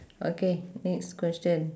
okay next question